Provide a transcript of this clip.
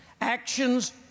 actions